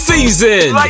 Season